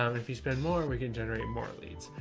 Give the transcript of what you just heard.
um if you spend more, we can generate more leads,